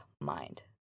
mind